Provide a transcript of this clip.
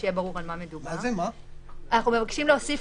יירשם תאריך